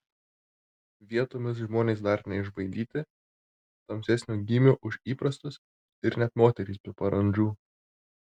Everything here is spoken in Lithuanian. vietomis žmonės dar neišbaidyti tamsesnio gymio už įprastus ir net moterys be parandžų